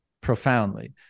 profoundly